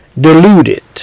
deluded